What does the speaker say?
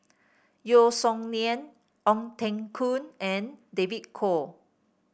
Yeo Song Nian Ong Teng Koon and David Kwo